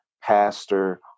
pastor